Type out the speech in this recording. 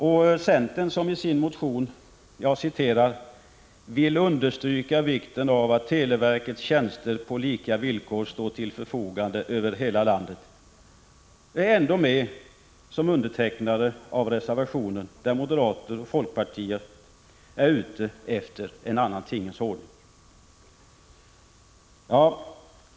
Centern, som i sin motion ”vill understryka vikten av att televerkets tjänster på lika villkor står till förfogande över hela landet” , är ändå med som undertecknare av reservationen, där moderater och folkpartister är ute efter en annan tingens ordning.